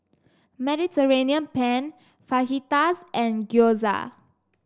Mediterranean Penne Fajitas and Gyoza